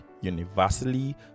universally